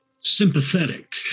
sympathetic